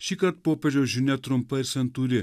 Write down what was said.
šįkart popiežiaus žinia trumpa ir santūri